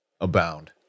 abound